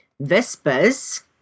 Vespers